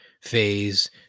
phase